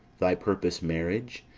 thy purpose marriage,